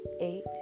eight